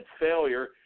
failure